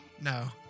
No